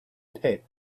pit